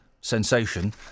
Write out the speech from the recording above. sensation